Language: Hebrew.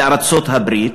בארצות-הברית,